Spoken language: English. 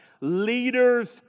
Leaders